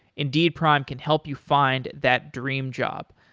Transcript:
indeed prime can help you find that dream job.